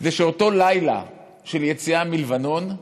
זה באותו לילה של יציאה מלבנון.